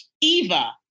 Eva